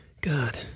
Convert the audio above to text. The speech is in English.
God